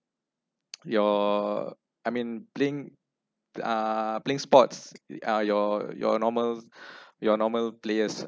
your I mean playing uh playing sports uh your your normal your normal players